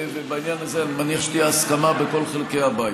ובעניין הזה אני מניח שתהיה הסכמה בין כל חלקי הבית.